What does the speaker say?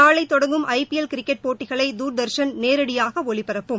நாளை தொடங்கும் IPL cricket போட்டிகளை தூர்தர்ஷன் நேரடியாக ஒலிப்பரப்பும்